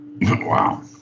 Wow